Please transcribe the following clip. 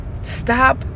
Stop